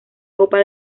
copa